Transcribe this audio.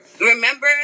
Remember